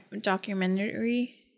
documentary